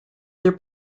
their